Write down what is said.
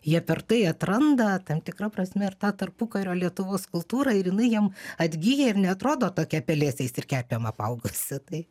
jie per tai atranda tam tikra prasme ir tą tarpukario lietuvos kultūrą ir jinai jiem atgyja ir neatrodo tokia pelėsiais ir kerpėm apaugusi tai